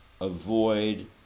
Avoid